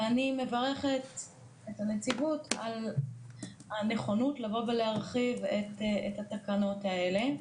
ואני מברכת את הנציבות על הנכונות לבוא ולהרחיב את התקנות האלה.